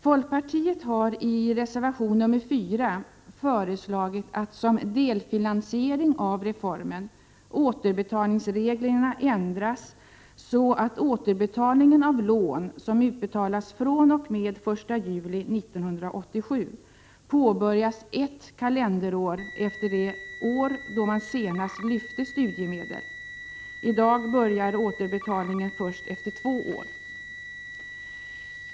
Folkpartiet har i reservation 4 föreslagit att, som delfinansiering av reformen, återbetalningsreglerna ändras så, att återbetalningen av lån som utbetalas fr.o.m. den 1 juli 1987 påbörjas ett kalenderår efter det år då man senast lyfte studiemedel. I dag börjar återbetalningen först efter två år.